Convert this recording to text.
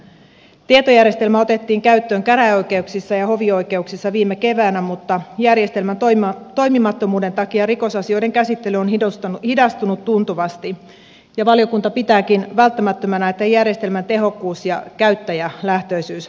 tietojärjestelmä otettiin käyttöön käräjäoikeuksissa ja hovioikeuksissa viime keväänä mutta järjestelmän toimimattomuuden takia rikosasioiden käsittely on hidastunut tuntuvasti ja valiokunta pitääkin välttämättömänä että järjestelmän tehokkuus ja käyttäjälähtöisyys varmistetaan